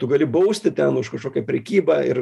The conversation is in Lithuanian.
tu gali bausti ten už kažkokią prekybą ir